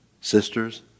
sisters